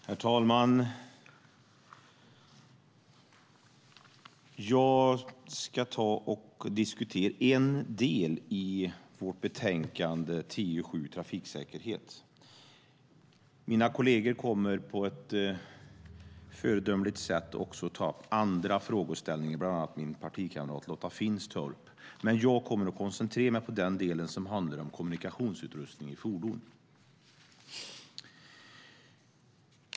Herr talman! Jag ska diskutera en del av vårt betänkande TU7, Trafiksäkerhet . Mina kolleger, bland annat Lotta Finstorp, kommer på ett föredömligt sätt att ta upp andra frågeställningar. Jag kommer att koncentrera mig på den del som handlar om kommunikationsutrustning i fordon.